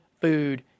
food